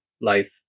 life